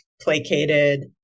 placated